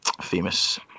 famous